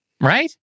Right